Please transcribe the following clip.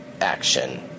action